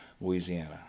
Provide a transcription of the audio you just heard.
Louisiana